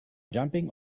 jumping